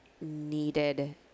needed